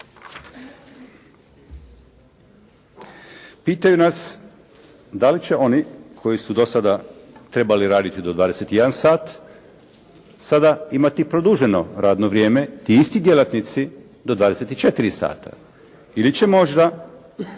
Pitaju nas da li će oni koji su do sada trebali raditi do 21 sat sada imati produženo radno vrijeme, ti isti djelatnici do 24 sata, ili će možda